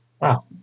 Wow